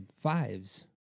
Fives